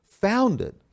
founded